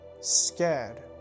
scared